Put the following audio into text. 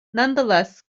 nonetheless